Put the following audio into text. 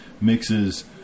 mixes